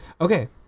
Okay